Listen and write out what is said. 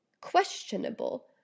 questionable